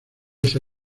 esa